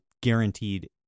guaranteed